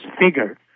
figure